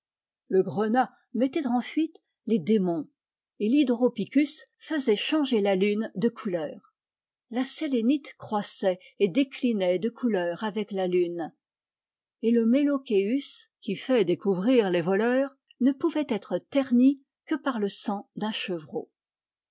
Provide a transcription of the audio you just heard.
le grenat mettait en fuite les démons et l'hydropicus faisait changer la lune de couleur la sélénite croissait et déclinait de couleur avec la lune et le meloceus qui fait découvrir les voleurs ne pouvait être terni que par le sang d'un chevreau